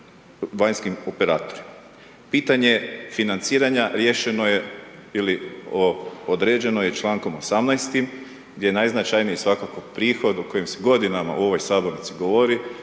vanjskim operatorima. Pitanje financiranja riješeno je ili određeno je čl. 18 gdje najznačajniji svakako prihod o kojem se godinama u ovoj sabornici govori,